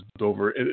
over